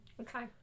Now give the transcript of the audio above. Okay